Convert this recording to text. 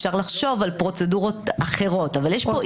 אפשר לחשוב על פרוצדורות אחרות אבל יש כאן עיקרון.